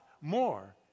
more